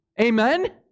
Amen